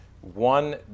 one